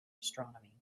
astronomy